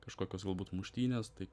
kažkokios galbūt muštynės tai